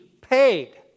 paid